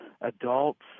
adults